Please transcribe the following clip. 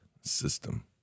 system